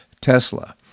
Tesla